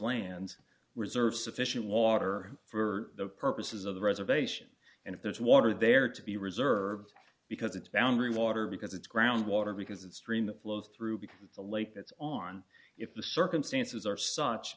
lands reserve sufficient water for the purposes of the reservation and if there's water there to be reserved because it's boundary water because it's groundwater because it's stream flows through because it's a lake that's on if the circumstances are such